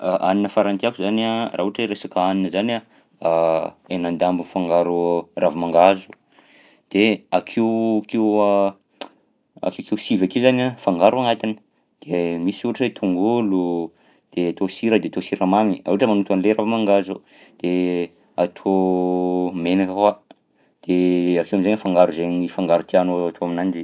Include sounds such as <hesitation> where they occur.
<hesitation> Hanina farany tiako zany raha ohatra hoe resaka hanina zany a <hesitation> henan-dambo afangaro ravi-mangahazo, de akeokeo <hesitation> <noise> akeokeo sivy akeo zany a fangaro agnatiny. De misy ohatra hoe tongolo de atao sira de atao siramamy raha ohatra manoto an'lay ravi-mangahazo de atao menaka koa, de asia am'zay ny fangaro zaigny fangaro tianao atao aminanjy.